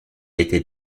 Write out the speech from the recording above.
était